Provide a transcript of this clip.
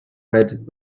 red